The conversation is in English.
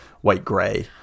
white-gray